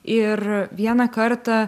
ir vieną kartą